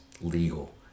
legal